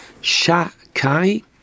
Sha'kai